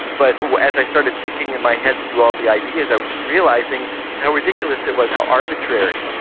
but as i started ticking in my head through all the ideas, i was realising how ridiculous it was, how arbitrary.